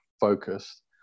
focused